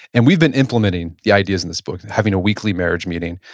and we've been implementing the ideas in this book, having a weekly marriage meeting.